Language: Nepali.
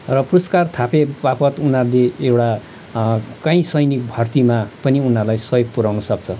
र पुरस्कार थापेबापत उनीहरूले एउटा काहीँ सैनिक भर्तीमा पनि उनीहरूलाई सहयोग पुर्याउन सक्छ